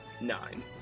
nine